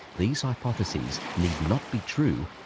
these hypotheses need not be true.